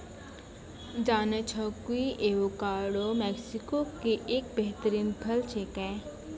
जानै छौ कि एवोकाडो मैक्सिको के एक बेहतरीन फल छेकै